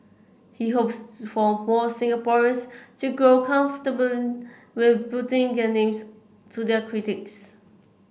he hopes for more Singaporeans to grow comfortable with putting their names to their critiques